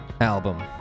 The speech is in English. album